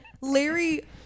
Larry